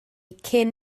cyn